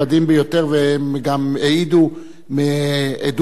והם גם העידו עדות ישירה.